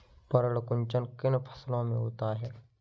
पर्ण कुंचन किन फसलों में होता है?